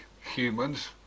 humans